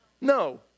no